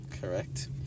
Correct